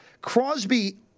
Crosby